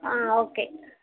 okay